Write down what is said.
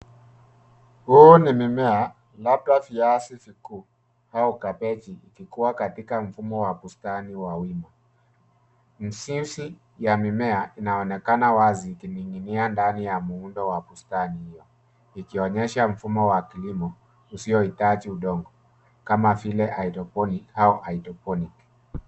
Huu ni mimea labda viazi vikuu au kabeji vikiwa katika mfumo wa bustani wa mzizi wa mimea inaonekana wazi ikininginia ndani ya muundo wa bustani hio ikonyesha mfumo wa kilimo usiohitaji udongo kama vile hydroponik au hydroponiki.